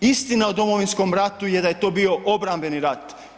Istina o Domovinskom ratu je da je to bio obrambeni rat.